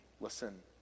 listen